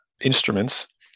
instruments